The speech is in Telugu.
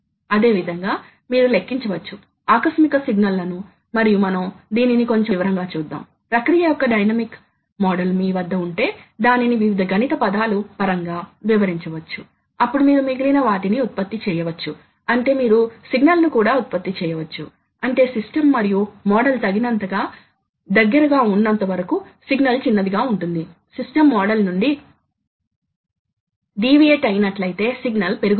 లేదా అది హైడ్రాలిక్ మోటర్ కూడా కావచ్చు ఆపై మనకు హైడ్రాలిక్స్ కోసం డిజిటల్ ద్వారా నియంత్రించబడే సర్వో డ్రైవ్ ఉంది వివిధ రకాల డిజిటల్ మరియు అనలాగ్ ఎలక్ట్రానిక్స్ డిజిటల్ ప్రాసెసర్లు మరియు అనలాగ్ ఎలక్ట్రానిక్స్ మరియు చివరకు మనకు ఫీడ్బ్యాక్ ఇచ్చే సెన్సార్లు ఉన్నాయి